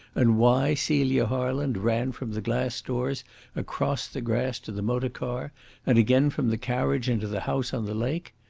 and why celia harland ran from the glass doors across the grass to the motor-car and again from the carriage into the house on the lake?